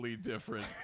different